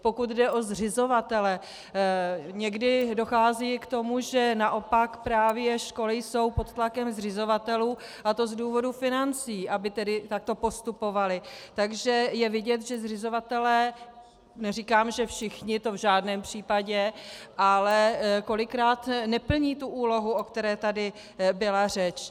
Pokud jde o zřizovatele, někdy dochází k tomu, že naopak právě školy jsou pod tlakem zřizovatelů, a to z důvodů financí, aby takto postupovaly, takže je vidět, že zřizovatelé, neříkám, že všichni, to v žádném případě, ale kolikrát neplní tu úlohu, o které tady byla řeč.